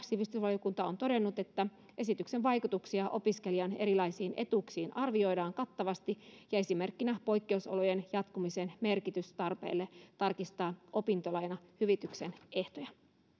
sivistysvaliokunta on todennut että esityksen vaikutuksia opiskelijan erilaisiin etuuksiin arvioidaan kattavasti esimerkkinä poikkeusolojen jatkumisen merkitys tarpeille tarkistaa opintolainahyvityksen ehtoja